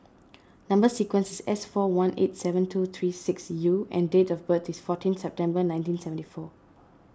Number Sequence is S four one eight seven two three six U and date of birth is fourteen September nineteen seventy four